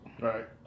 Right